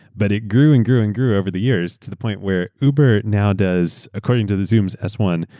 but it grew and grew and grew over the years to the point where uber now does, according to the zoomaeurs s one,